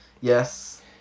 Yes